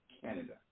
Canada